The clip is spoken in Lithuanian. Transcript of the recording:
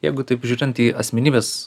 jeigu taip žiūrint į asmenybės